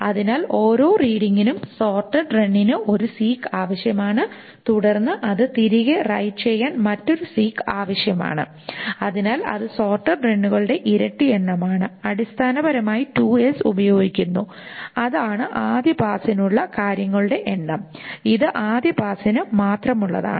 അതിനാൽ ഓരോ റീഡിങ്ങിനും സോർട്ടഡ് റണ്ണിന് ഒരു സീക് ആവശ്യമാണ് തുടർന്ന് അത് തിരികെ റൈറ്റ് ചെയ്യാൻ മറ്റൊരു സീക് ആവശ്യമാണ് അതിനാൽ അത് സോർട്ടഡ് റണ്ണുകളുടെ ഇരട്ടി എണ്ണമാണ് അടിസ്ഥാനപരമായി ഉപയോഗിക്കുന്നു അതാണ് ആദ്യ പാസിനുള്ള കാര്യങ്ങളുടെ എണ്ണം ഇത് ആദ്യ പാസിന് മാത്രമുള്ളതാണ്